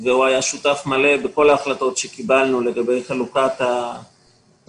שהיה שותף מלא בכל ההחלטות שקיבלנו לגבי חלוקת התקציב,